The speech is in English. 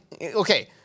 okay